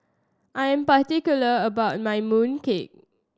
I'm particular about my mooncake